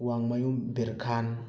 ꯋꯥꯡꯃꯌꯨꯝ ꯕꯤꯔ ꯈꯥꯟ